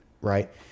right